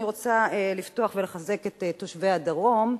אני רוצה לפתוח ולחזק את תושבי הדרום,